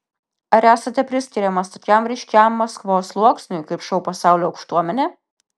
ar esate priskiriamas tokiam ryškiam maskvos sluoksniui kaip šou pasaulio aukštuomenė